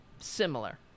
Similar